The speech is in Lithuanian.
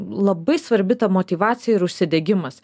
labai svarbi ta motyvacija ir užsidegimas